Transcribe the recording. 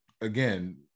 again